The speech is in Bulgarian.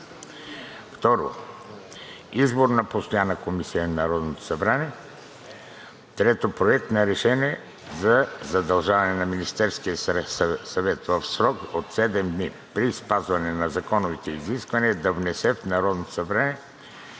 2. Избор на постоянни комисии на Народното събрание. 3. Проект на решение за задължаване на Министерския съвет в срок от седем дни при спазване на законовите изисквания да внесе в Народното събрание